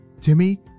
Timmy